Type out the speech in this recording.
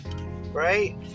Right